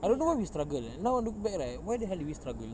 I don't know why we struggle eh now I look back like why the hell did we struggle